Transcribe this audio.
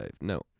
No